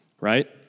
right